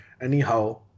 anyhow